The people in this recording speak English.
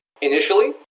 Initially